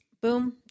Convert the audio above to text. boom